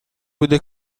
بوده